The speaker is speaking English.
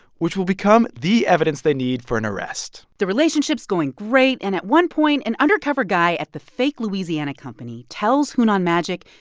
which will become the evidence they need for an arrest the relationship's going great. and at one point, an undercover guy at the fake louisiana company tells hunan magic,